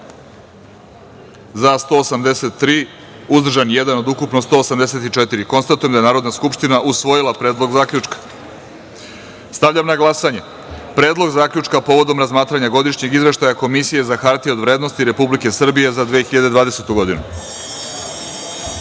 184 narodnih poslanika. Konstatujem da je Narodna skupština usvojila predlog zaključka. Stavljam na glasanje Predlog zaključka povodom razmatranja godišnjeg izveštaja Komisije za hartije od vrednosti Republike Srbije za 2020.